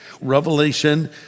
Revelation